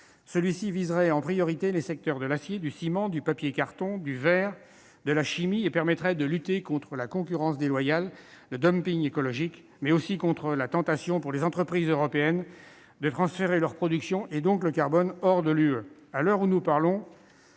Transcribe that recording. Celui-ci viserait en priorité les secteurs de l'acier, du ciment, du papier-carton, du verre et de la chimie et permettrait de lutter contre la concurrence déloyale- le dumping écologique -, mais aussi contre la tentation pour les entreprises européennes de transférer leur production, et donc le carbone, hors de l'Union